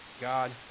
God